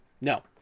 No